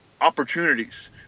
opportunities